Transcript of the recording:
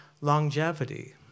longevity